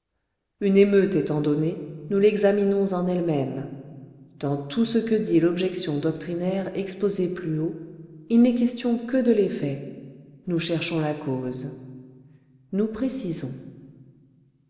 une émeute étant donnée nous l'examinons en elle-même dans tout ce que dit l'objection doctrinaire exposée plus haut il n'est question que de l'effet nous cherchons la cause nous précisons